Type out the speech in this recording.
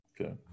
Okay